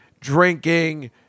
drinking